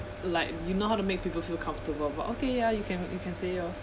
like you know how to make people feel comfortable but okay ya you can you can say yours